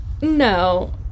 No